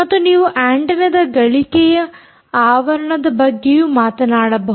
ಮತ್ತು ನೀವು ಆಂಟೆನ್ನದ ಗಳಿಕೆಯ ಆವರಣದ ಬಗ್ಗೆಯು ಮಾತನಾಡಬಹುದು